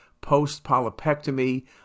post-polypectomy